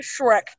Shrek